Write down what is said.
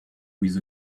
with